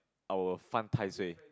our 犯太岁: fan tai sui